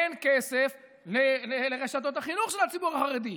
אין כסף לרשתות החינוך של הציבור החרדי,